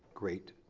great,